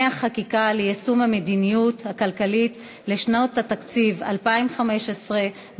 חקיקה ליישום המדיניות הכלכלית לשנות התקציב 2015 ו-2016),